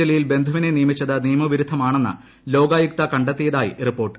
ജലീൽ ് ബന്ധുവിനെ നിയമിച്ചത് നിയമവിരുദ്ധമാണെന്ന് ലോകായുക്ത കണ്ടെത്തിയതായി റിപ്പോർട്ട്